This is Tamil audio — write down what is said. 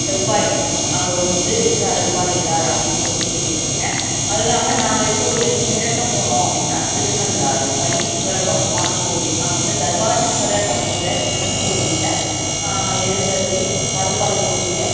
செவ்வாய் அங்கே வந்து இருந்து அருள்பாலிக்கிறார் அப்படின் சொல்லிட்டு கேள்விப்பட் இருக்கேன் அதுவும் இல்லாம நாங்கள் இருக்க ஊர்லேயிர்ந்து கிழக்கே போனோம் அப்படின்னா திருநள்ளாறு சனீஸ்வர பகவான் கோவில் அங்கே வந்து தர்பானேஸ்வரர் அப்படிங்குற சிவன் கோயிலில் எழுந்தருளி அருள்பாலிக்கக்கூடிய